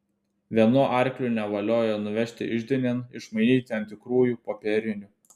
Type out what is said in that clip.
vienu arkliu nevaliojo nuvežti iždinėn išmainyti ant tikrųjų popierinių